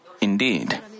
indeed